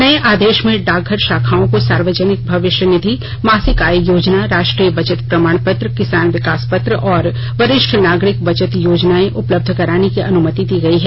नये आदेश में डाकघर शाखाओं को सार्वजनिक मविष्य निधि मासिक आय योजना राष्ट्रीय बचत प्रमाण पत्र किसान विकास पत्र और वरिष्ठ नागरिक बचत योजनाएं उपलब्ध कराने की अनुमति दी गयी है